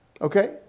okay